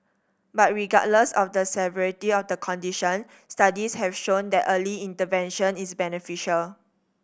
but regardless of the severity of the condition studies have shown that early intervention is beneficial